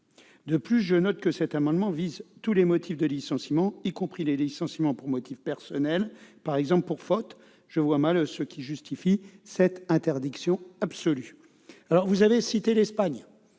De plus, je note que cet amendement vise tous les motifs de licenciement, y compris les licenciements pour motif personnel, par exemple pour faute. Je vois mal ce qui justifie cette interdiction absolue. Par ailleurs, je